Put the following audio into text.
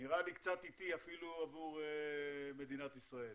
נראה לי קצת איטי אפילו עבור מדינת ישראל.